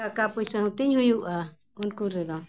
ᱴᱟᱠᱟ ᱯᱚᱭᱥᱟ ᱦᱚᱸᱛᱤᱧ ᱦᱩᱭᱩᱜᱼᱟ ᱩᱱᱠᱩ ᱨᱮᱫᱚ